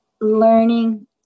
learning